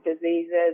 diseases